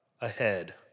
ahead